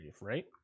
right